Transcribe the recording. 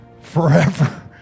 Forever